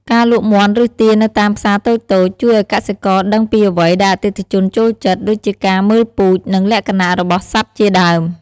ការលក់មាន់ ឬទានៅតាមផ្សារតូចៗ ជួយឲ្យកសិករដឹងពីអ្វីដែលអតិថិជនចូលចិត្ត ដូចជាការមើលពូជ និងលក្ខណៈរបស់សត្វជាដើម។